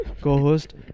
co-host